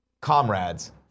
comrades